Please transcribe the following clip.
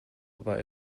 war